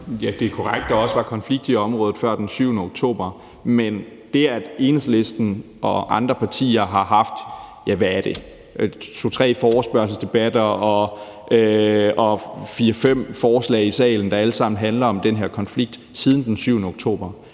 Ja, det er korrekt, er der også var konflikt i området før den 7. oktober 2023, men det, at Enhedslisten og andre partier har haft, ja, hvad er det, to-tre forespørgselsdebatter og fire-fem forslag i salen, der alle sammen handler om den her konflikt, siden den 7. oktober,